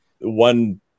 One